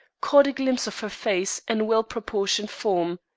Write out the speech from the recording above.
caught a glimpse of her face and well-proportioned form.